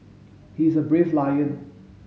he is a brave lion